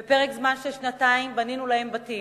ובפרק זמן של שנתיים בנינו להם בתים.